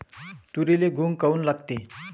तुरीले घुंग काऊन लागते?